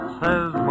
says